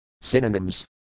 Synonyms